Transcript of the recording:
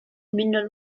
mineral